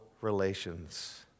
relations